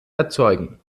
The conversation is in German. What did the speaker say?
erzeugen